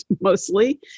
mostly